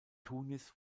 tunis